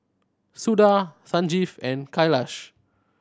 Suda Sanjeev and Kailash